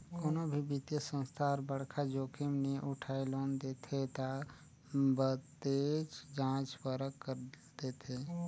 कोनो भी बित्तीय संस्था हर बड़खा जोखिम नी उठाय लोन देथे ता बतेच जांच परख कर देथे